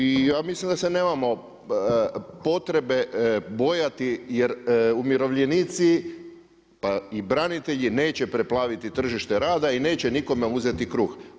I ja mislim da se nemamo potrebe bojati jer umirovljenici pa i branitelji neće preplaviti tržište rada i neće nikome uzeti kruh.